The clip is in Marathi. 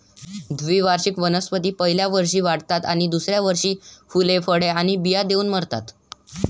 द्विवार्षिक वनस्पती पहिल्या वर्षी वाढतात आणि दुसऱ्या वर्षी फुले, फळे आणि बिया देऊन मरतात